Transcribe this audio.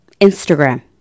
Instagram